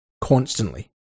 constantly